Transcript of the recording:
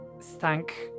thank